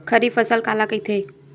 खरीफ फसल काला कहिथे?